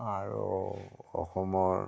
আৰু অসমৰ